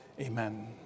amen